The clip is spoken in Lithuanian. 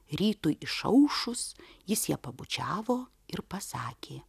rytui išaušus jis ją pabučiavo ir pasakė